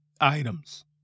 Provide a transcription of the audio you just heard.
items